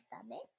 stomach